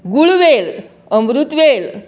गुळवेल अमरूतवेल